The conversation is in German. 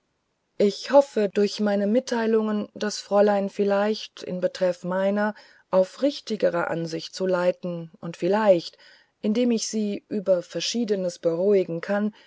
ich hoffe durch meine mitteilungen das fräulein vielleicht in betreff meiner auf richtigere ansichten zu leiten und vielleicht indem ich sie über verschiedenes beruhigen kann